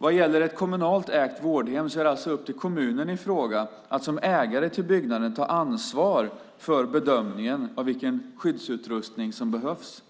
Vad gäller ett kommunalt ägt vårdhem är det alltså upp till kommunen i fråga att som ägare till byggnaden ta ansvar för bedömningen av vilken skyddsutrustning som behövs.